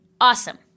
awesome